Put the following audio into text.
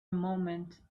moment